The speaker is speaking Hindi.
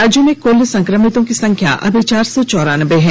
राज्य में कल संक्रमितों की संख्या अभी चार सौ चौरानबे है